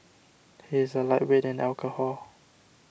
he is a lightweight in alcohol